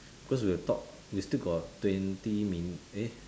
cause we have to talk we still got twenty min~ eh